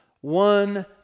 one